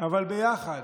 אבל ביחד,